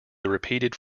repeated